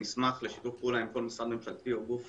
נשמח לשיתוף פעולה עם כל משרד ממשלתי או גוף